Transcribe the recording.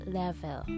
level